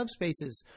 subspaces